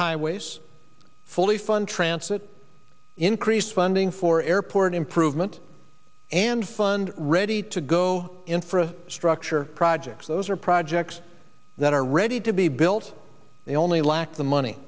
highways fully fund trance it increased funding for airport improvement and fund ready to go infra structure projects those are projects that are ready to be built they only lack the money